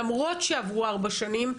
למרות שעברו ארבע שנים,